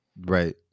right